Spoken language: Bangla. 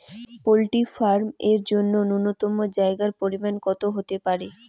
পোল্ট্রি ফার্ম এর জন্য নূন্যতম জায়গার পরিমাপ কত হতে পারে?